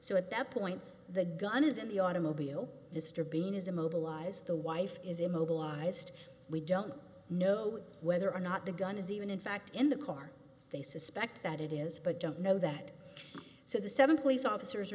so at that point the gun is in the automobile mr bean is immobilized the wife is immobilized we don't know whether or not the gun is even in fact in the car they suspect that it is but don't know that so the s